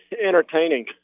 entertaining